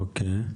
אוקיי.